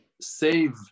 save